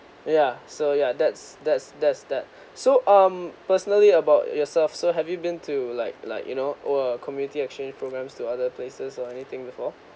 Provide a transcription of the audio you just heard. ya so ya that's that's that's that so um personally about yourself so have you been to like like you know a community exchange programs to other places or anything before